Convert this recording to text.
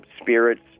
spirits